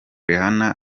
rihanna